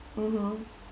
mmhmm